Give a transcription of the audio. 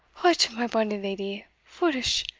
hout, my bonny leddy fulish?